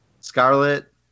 Scarlet